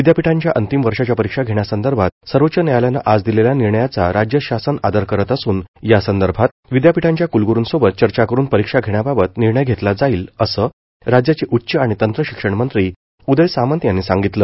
विदयापीठांच्या अंतिम वर्षाच्या परीक्षा घेण्यासंदर्भात सर्वोच्च न्यायालयानं आज दिलेल्या निर्णयाचा राज्य शासन आदर करत असुन यासंदर्भात विदयापीठांच्या कलग्रूंसोबत चर्चा करून परीक्षा घेण्याबाबत निर्णय घेतला जाईल असं राज्याचे उच्च आणि तंत्र शिक्षण मंत्री उदय सामंत यांनी सांगितलं